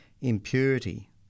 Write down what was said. impurity